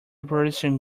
operation